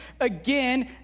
again